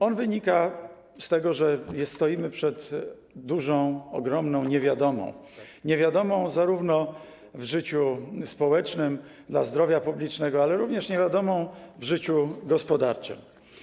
On wynika z tego, że stoimy przed dużą, ogromną niewiadomą, niewiadomą zarówno w życiu społecznym, dla zdrowia publicznego, jak również w życiu gospodarczym.